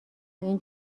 این